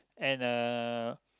and uh